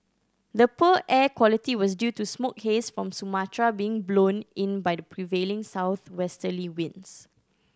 the poor air quality was due to smoke haze from Sumatra being blown in by the prevailing southwesterly winds